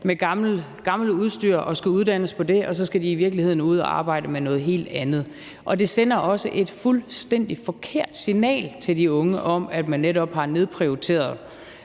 med gammelt udstyr og skal uddannes med det, og så skal man i virkeligheden ud at arbejde med noget helt andet. Og det sender også et fuldstændig forkert signal til de unge om, at man netop har nedprioriteret